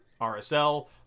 RSL